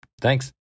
thanks